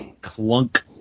Clunk